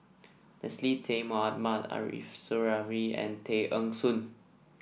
Leslie Tay Mohammad Arif Suhaimi and Tay Eng Soon